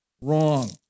wrong